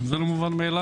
גם זה לא מובן מאליו.